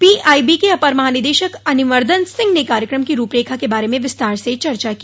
PIB के अपर महानिदेशक अरिमर्दन सिंह ने कार्यक्रम की रूपरेखा के बारे में विस्तार से चर्चा की